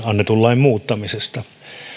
annetun lain muuttamisesta